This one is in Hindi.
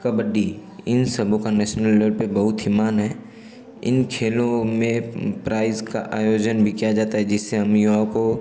कबड्डी इन सबों का नेशनल लेवल पर बहुत ही मान है इन खेलों में प्राइज़ का आयोजन भी किया जाता है जिससे हम युवाओं को